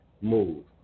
move